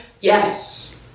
yes